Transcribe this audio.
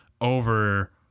over